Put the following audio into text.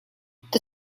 the